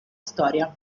storia